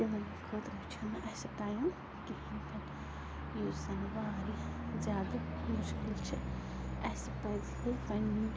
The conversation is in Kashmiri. یِمَن خٲطرٕ چھُنہٕ اَسہِ ٹایِم کِہیٖنۍ تہِ نہٕ یُس زَن وارِیاہ زیادٕ مُشکِل چھِ اَسہِ پَزِہے پنٛنہِ